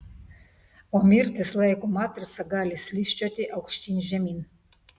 o mirtys laiko matrica gali slysčioti aukštyn žemyn